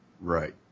right